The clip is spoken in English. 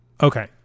okay